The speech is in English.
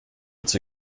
its